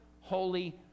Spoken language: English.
holy